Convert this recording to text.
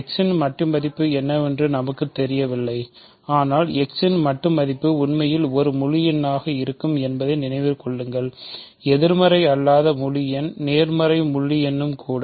x இன் மட்டு மதிப்பு என்னவென்று நமக்குத் தெரியவில்லை ஆனால் x இன் மட்டு மதிப்பு உண்மையில் ஒரு முழு எண்ணாக இருக்கும் என்பதை நினைவில் கொள்ளுங்கள் எதிர்மறை அல்லாத முழு எண் நேர்மறை முழு எண்ணும்கூட